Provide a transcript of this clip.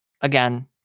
again